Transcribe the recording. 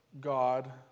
God